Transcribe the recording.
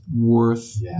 worth